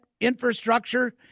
infrastructure